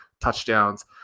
touchdowns